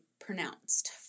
pronounced